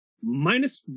minus